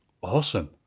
awesome